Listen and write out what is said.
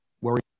worry